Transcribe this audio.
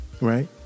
right